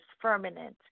permanent